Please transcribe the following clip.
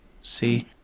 See